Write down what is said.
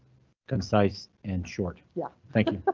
concise and short. yeah, thank you.